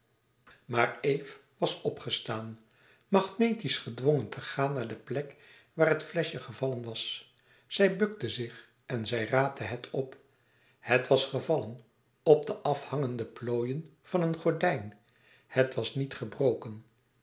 maar eve was opgestaan magnetisch gedwongen te gaan naar de plek waar het fleschje gevallen was zij bukte zich en zij raapte het op het was gevallen op de afhangende plooien van een gordijn het was niet gebroken